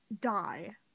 Die